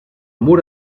mur